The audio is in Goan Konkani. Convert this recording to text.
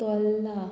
तोल्ला